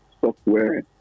software